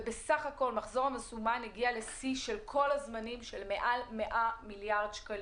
כאשר מחזור המזומן הגיע לשיא של כל הזמנים מעל ל-100 מיליארד שקלים.